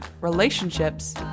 relationships